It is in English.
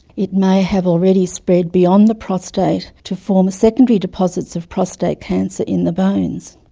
it may have already spread beyond the prostate to form secondary deposits of prostate cancer in the bones.